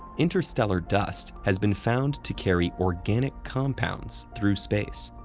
interstellar dust has been found to carry organic compounds through space.